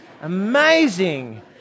Amazing